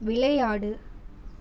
விளையாடு